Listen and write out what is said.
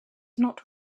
not